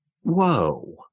Whoa